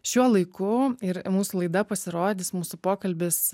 šiuo laiku ir mūsų laida pasirodys mūsų pokalbis